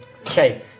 Okay